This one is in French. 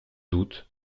doute